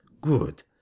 good